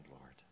Lord